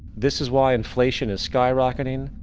this is why inflation is skyrocketing,